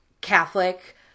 Catholic